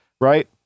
right